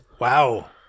Wow